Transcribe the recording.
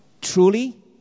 Truly